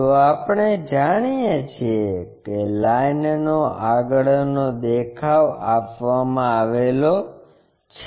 તો આપણે જાણીએ છીએ કે લાઈનનો આગળનો દેખાવ આપવામાં આવેલો છે